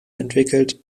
entwickelt